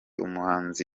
umuhanzi